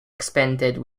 expanded